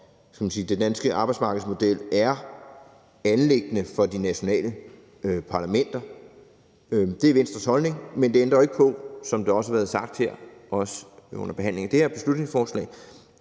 den danske arbejdsmarkedsmodel er et anliggende for de nationale parlamenter. Det er Venstres holdning. Men det ændrer jo ikke på, som det også er blevet sagt her ved behandlingen af det her beslutningsforslag,